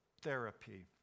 therapy